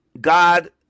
God